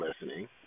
listening